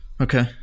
Okay